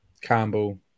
Campbell